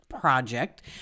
project